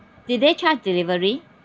did they charge delivery